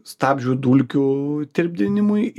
stabdžių dulkių tirpdinimui ir dervų tirpinimui